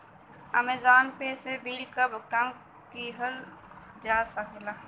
Amazon पे से bill क भुगतान किहल जा सकला